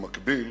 במקביל